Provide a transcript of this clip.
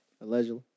Allegedly